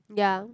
ya